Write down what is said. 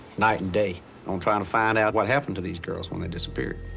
night and day on trying to find out what happened to these girls when they disappeared.